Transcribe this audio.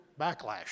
backlash